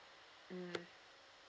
mm